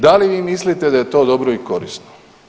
Da li vi mislite da je to dobro i korisno?